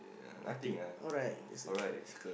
nothing alright that's a difference